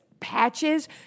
patches